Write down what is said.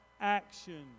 action